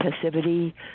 passivity